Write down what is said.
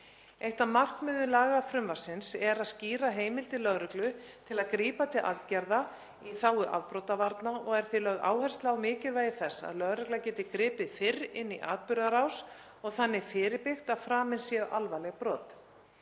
Eitt af markmiðum frumvarpsins er að skýra heimildir lögreglu til að grípa til aðgerða í þágu afbrotavarna og er því lögð áhersla á mikilvægi þess að lögreglan geti gripið fyrr inn í atburðarás og þannig fyrirbyggt að framin séu alvarleg brot.